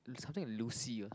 something like Lucy ah